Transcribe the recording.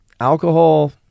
Alcohol